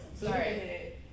Sorry